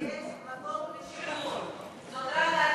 יש מקום לשיפור, זאת רק ההתחלה.